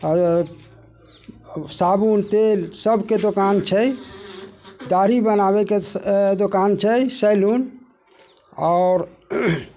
अइ साबुन तेल सबके दोकान छै दाढ़ी बनाबैके दोकान छै सैलून आओर